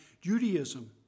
Judaism